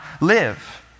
live